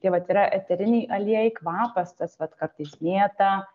tai vat yra eteriniai aliejai kvapas tas vat kartais mėta